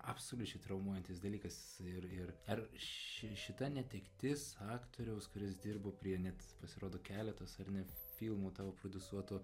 absoliučiai traumuojantis dalykas ir ir ar ši šita netektis aktoriaus kuris dirbo prie net pasirodo keletos ar ne filmų tavo prodiusuotų